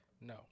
No